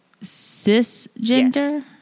Cisgender